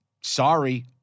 sorry